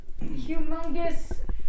Humongous